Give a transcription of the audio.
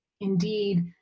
Indeed